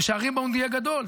שהריבאונד יהיה גדול,